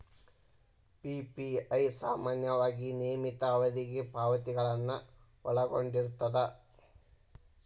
PPI ಸಾಮಾನ್ಯವಾಗಿ ಸೇಮಿತ ಅವಧಿಗೆ ಪಾವತಿಗಳನ್ನ ಒಳಗೊಂಡಿರ್ತದ